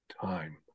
time